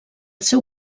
seu